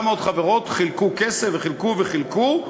700 חברות חילקו כסף, חילקו וחילקו,